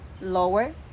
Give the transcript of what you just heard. Lower